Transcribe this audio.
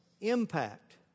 impact